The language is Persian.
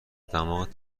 دماغت